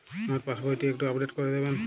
আমার পাসবই টি একটু আপডেট করে দেবেন?